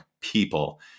people